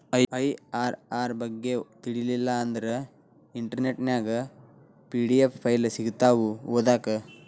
IRR ಬಗ್ಗೆ ತಿಳಿಲಿಲ್ಲಾ ಅಂದ್ರ ಇಂಟರ್ನೆಟ್ ನ್ಯಾಗ ಪಿ.ಡಿ.ಎಫ್ ಫೈಲ್ ಸಿಕ್ತಾವು ಓದಾಕ್